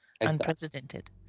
unprecedented